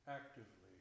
actively